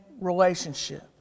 relationship